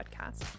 podcast